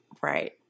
Right